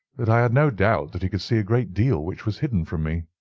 that i had no doubt that he could see a great deal which was hidden from me.